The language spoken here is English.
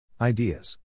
Ideas